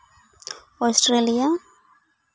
Australia